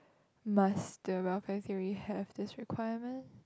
must the welfare theory have this requirement